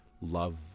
love